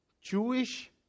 Jewish